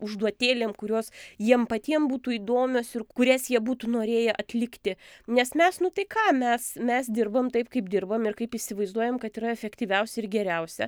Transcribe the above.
užduotėlėm kurios jiem patiem būtų įdomios ir kurias jie būtų norėję atlikti nes mes nu tai ką mes mes dirbam taip kaip dirbam ir kaip įsivaizduojam kad yra efektyviausia ir geriausia